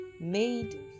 made